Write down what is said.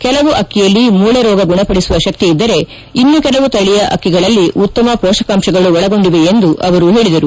ಕೆಲವು ಅಕ್ಕಿಯಲ್ಲಿ ಮೂಳೆ ರೋಗ ಗುಣಪಡಿಸುವ ಶಕ್ತಿ ಇದ್ದರೆ ಇನ್ನು ಕೆಲವು ತಳಿಯ ಅಕ್ಕಿಗಳಲ್ಲಿ ಉತ್ತಮ ಪೋಷಕಾಂಶಗಳು ಒಳಗೊಂಡಿವೆ ಎಂದು ಅವರು ಹೇಳಿದರು